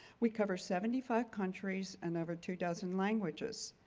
we cover seventy five countries and over two dozen languages.